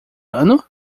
ano